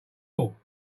ball